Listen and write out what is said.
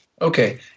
Okay